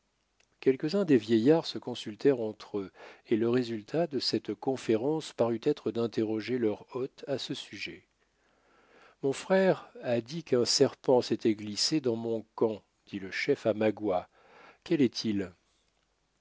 quelquesuns des vieillards se consultèrent entre eux et le résultat de cette conférence parut être d'interroger leur hôte à ce sujet mon frère à dit qu'un serpent s'était glissé dans mon camp dit le chef à magua quel est-il